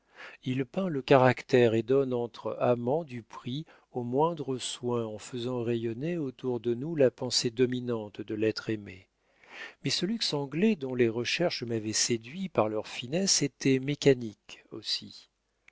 il peint le caractère et donne entre amants du prix aux moindres soins en faisant rayonner autour de nous la pensée dominante de l'être aimé mais ce luxe anglais dont les recherches m'avaient séduit par leur finesse était mécanique aussi